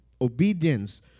obedience